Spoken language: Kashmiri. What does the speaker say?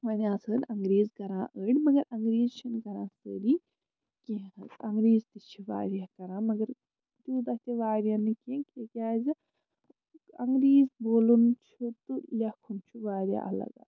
وۄنۍ آسہَن انٛگریٖزۍ کَران أڑۍ مگر انگریٖزۍ چھِنہٕ کَران سٲری کیٚنٛہہ حظ اَنگریٖزۍ تہِ چھِ واریاہ کَران مگر تیوٗتاہ تہِ واریاہ نہٕ کیٚنٛہہ تِکیٛازِ انٛگریٖزۍ بولُن چھُ تہٕ لٮ۪کھُن چھُ واریاہ الگ